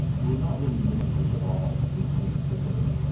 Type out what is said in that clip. who were not really ministers at all when you came to think of it,